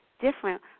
different